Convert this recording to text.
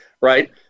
right